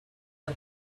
the